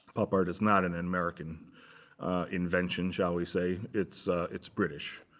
pop art is not an american invention, shall we say. it's it's british.